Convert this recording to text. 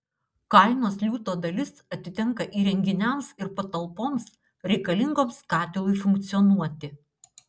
kainos liūto dalis atitenka įrenginiams ir patalpoms reikalingoms katilui funkcionuoti